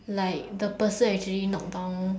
like the person actually knock down